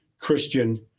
Christian